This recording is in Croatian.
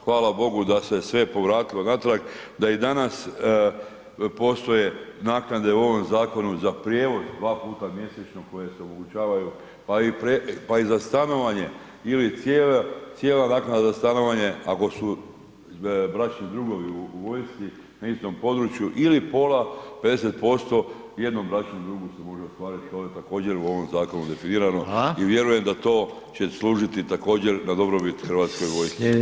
Hvala Bogu da se sve povratilo natrag, da i danas postoje naknade u ovom zakonu za prijevoz 2 puta mjesečno koje se omogućavaju, a i za stanovanje ili cijela naknada stanovanja ako su bračni drugovi u vojsci na istom području ili pola, 50% jednom bračnom drugu se može ostvariti to je također u ovom zakonu definirano i vjerujem [[Upadica: Hvala.]] da to će služiti također na dobrobit Hrvatske vojske.